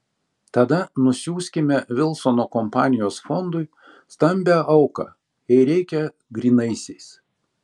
tada nusiųskime vilsono kampanijos fondui stambią auką jei reikia grynaisiais